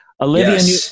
Olivia